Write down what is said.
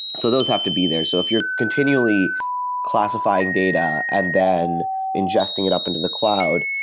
so those have to be there. so if you're continually classifying data and then ingesting it up into the cloud,